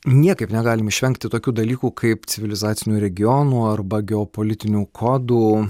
niekaip negalim išvengti tokių dalykų kaip civilizacinių regionų arba geopolitinių kodų